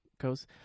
goes